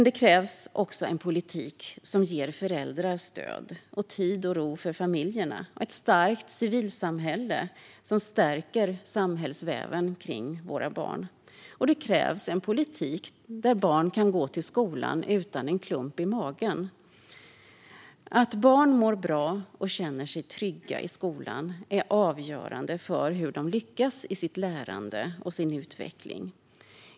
Det krävs dock även en politik som ger föräldrar stöd, tid och ro för familjen och ett starkt civilsamhälle som stärker samhällsväven kring våra barn. Det krävs en politik för en skola dit barn kan gå utan att ha en klump i magen. Att barn mår bra och känner sig trygga i skolan är avgörande för hur de lyckas i sitt lärande och sin utveckling.